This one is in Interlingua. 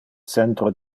centro